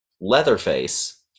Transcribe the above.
Leatherface